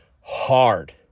hard